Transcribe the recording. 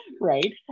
Right